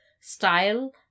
style